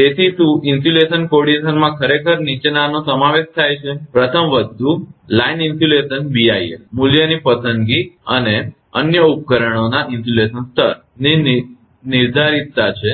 તેથી શું ઇન્સ્યુલેશન કોર્ડીનેશનમાં ખરેખર નીચેનાનો સમાવેશ થાય છે પ્રથમ વસ્તુ લાઇન ઇન્સ્યુલેશન બીઆઈએલ મૂલ્યની પસંદગી અને અન્ય ઉપકરણો ના ઇન્સ્યુલેશન સ્તર ની નિર્ધારિતતા છે